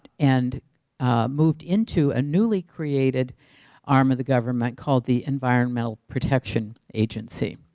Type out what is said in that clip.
and moved into a newly created arm of the government called the environmental protection agency.